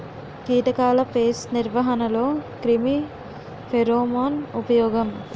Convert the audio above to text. కీటకాల పేస్ట్ నిర్వహణలో క్రిమి ఫెరోమోన్ ఉపయోగం